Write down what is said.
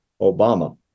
Obama